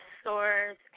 stores